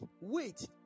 wait